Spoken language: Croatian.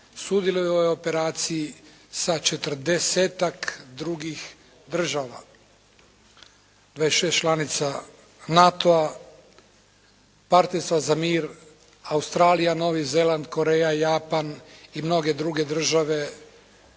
sudjeluje u ovoj operaciji sa 40-tak drugih država, 26 članica NATO-a, Partnerstva za mir, Australija, Novi Zeland, Koreja, Japan i mnoge druge države